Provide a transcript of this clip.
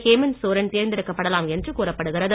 ஹேமந்த் சோரன் தேர்ந்தெடுக்கப்படலாம் என்று கூறப்படுகிறது